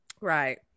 Right